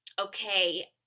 okay